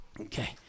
okay